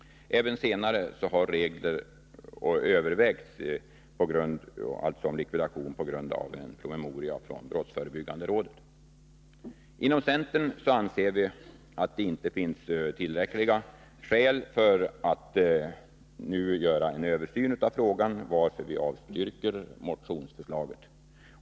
Även senare har reglerna om likvidation övervägts på grund av en promemoria från brottsförebyggande rådet. Inom centern anser vi att det inte finns tillräckliga skäl för att nu göra en översyn av frågan, varför vi avstyrker förslaget i motionen.